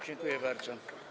Dziękuję bardzo.